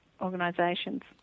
organisations